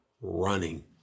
running